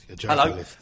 Hello